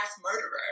murderer